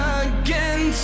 again